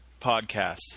Podcast